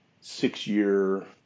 six-year